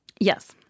Yes